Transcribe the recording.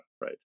right